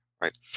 right